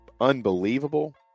unbelievable